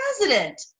president